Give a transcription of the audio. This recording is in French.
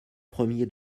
premiers